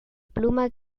pluma